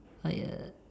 like a